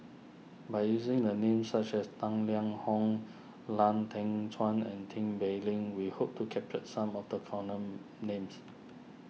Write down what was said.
by using my names such as Tang Liang Hong Lau Teng Chuan and Tin Pei Ling we hope to capture some of the come long names